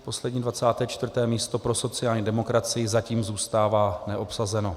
Poslední, 24. místo pro sociální demokracii zatím zůstává neobsazeno.